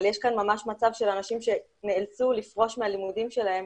אבל יש כאן ממש מצב של אנשים שנאלצו לפרוש מהלימודים שלהם